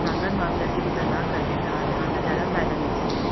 नांगर म बियासी बूता ल करबे त धान ल जादा फायदा मिलथे